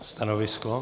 Stanovisko?